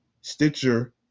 Stitcher